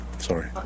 Sorry